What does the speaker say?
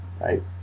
right